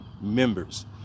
members